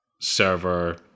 server